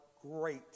great